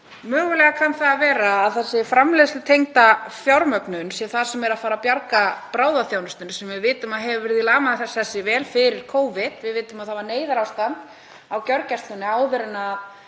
Mögulega kann það að vera að þessi framleiðslutengda fjármögnun sé það sem mun bjarga bráðaþjónustunni sem við vitum að var í lamasessi vel fyrir Covid. Við vitum að það var neyðarástand á gjörgæslunni áður en